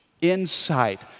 insight